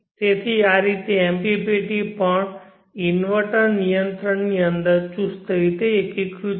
તેથી આ રીતે MPPT પણ ઇન્વર્ટર નિયંત્રણ ની અંદર ચુસ્ત રીતે એકીકૃત છે